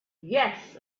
yes